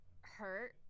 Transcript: hurt